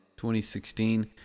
2016